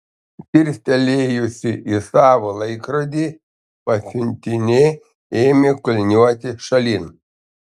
dirstelėjusi į savo laikrodį pasiuntinė ėmė kulniuoti šalin